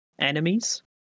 enemies